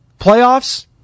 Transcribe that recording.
Playoffs